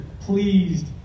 pleased